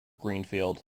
greenfield